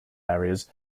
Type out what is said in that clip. areas